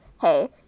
Hey